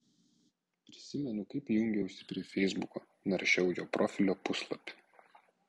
prisimenu kaip jungiausi prie feisbuko naršiau jo profilio puslapį